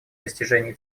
достижении